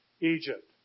Egypt